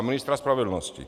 Na ministra spravedlnosti.